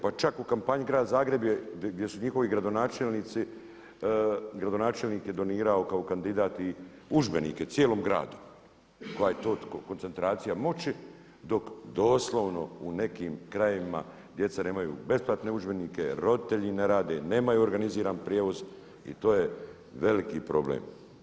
Pa čak u kampanji grad Zagreb gdje je njihov gradonačelnik donirao kao kandidat i udžbenike cijelom gradu, koja je to koncentracija moći dok doslovno u nekim krajevima djeca nemaju besplatne udžbenike, roditelji ne rade, nemaju organiziran prijevoz i to je veliki problem.